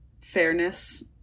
fairness